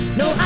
no